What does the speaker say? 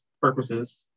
purposes